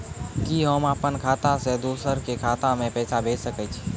कि होम अपन खाता सं दूसर के खाता मे पैसा भेज सकै छी?